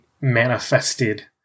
manifested